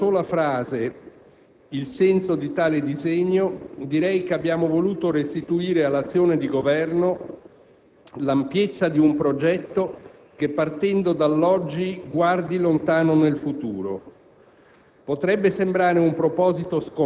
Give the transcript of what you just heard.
Sedovessi condensare in una sola frase il senso di tale disegno, direi che abbiamo voluto restituire all'azione di governo l'ampiezza di un progetto che partendo dall'oggi guardi lontano nel futuro.